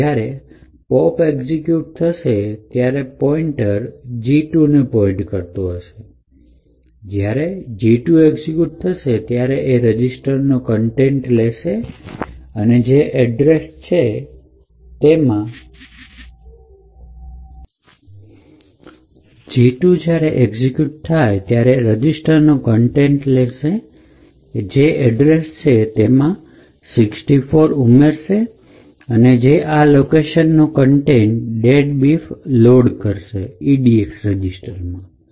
હવે જ્યારે pop execute થશે ત્યારે પોઇન્ટર G ૨ ને પોઇન્ટ કરશે અને જ્યારે G૨ એક્ઝિક્યુટ થશે એ રજીસ્ટરનો કન્ટેન્ટ લેશે જે એડ્રેસ છે તેમાં ૬૪ ઉમેરશે જે આ લોકેશન નો કન્ટેન્ટ deadbeef લોડ કરશે edx રજીસ્ટરમાં